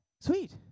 sweet